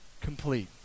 complete